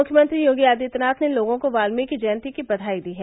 मुख्यमंत्री योगी आदित्यनाथ ने लोगों को वाल्मीकि जयंती की बधाई दी है